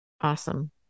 Awesome